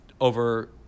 over